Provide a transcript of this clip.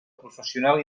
professional